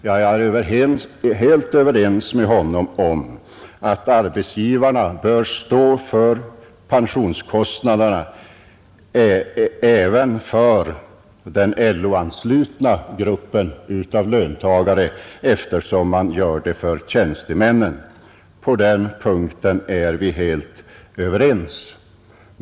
Ja, jag instämmer i att arbetsgivarna bör stå för pensionskostnaderna även för den LO-anslutna gruppen av löntagare, eftersom man gör det för tjänstemännen. På den punkten är vi sålunda helt ense.